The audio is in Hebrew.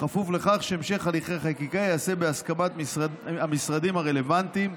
כפוף לכך שהמשך הליכי החקיקה ייעשה בהסכמת המשרדים הרלוונטיים,